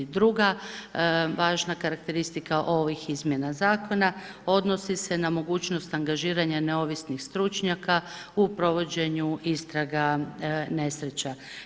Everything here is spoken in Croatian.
Druga važna karakteristika ovih izmjena zakona, odnosi se na mogućnost angažiranja neovisnih stručnjaka u provođenju istraga nesreća.